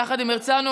יחד עם הרצנו,